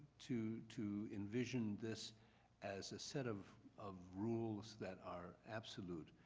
to to envision this as a set of of rules that are absolute,